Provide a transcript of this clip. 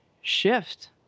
shift